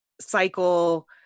cycle